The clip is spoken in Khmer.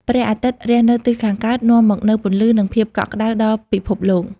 ព្រះអាទិត្យរះនៅទិសខាងកើត នាំមកនូវពន្លឺ និងភាពកក់ក្តៅដល់ពិភពលោក។